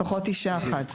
לפחות אישה אחת.